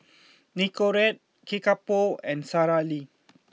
Nicorette Kickapoo and Sara Lee